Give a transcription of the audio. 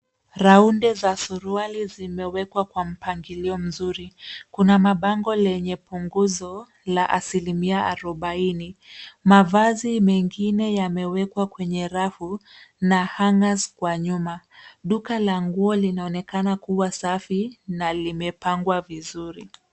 Rundo za suruali zimewekwa kwa mpangilio mzuri. Kuna mabango yenye punguzo la asilimia arobaini. Mavazi mengine yamewekwa kwenye rafu na hangers kwa nyuma. Duka la nguo linaonekana kuwa safi na limepangwa vizuri.